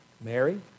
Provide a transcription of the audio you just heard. Mary